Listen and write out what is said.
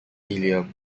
helium